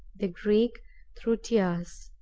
the greek through tears.